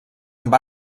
amb